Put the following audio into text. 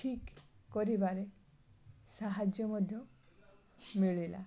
ଠିକ୍ କରିବାରେ ସାହାଯ୍ୟ ମଧ୍ୟ ମିଳିଲା